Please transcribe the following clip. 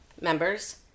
members